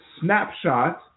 snapshot